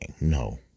no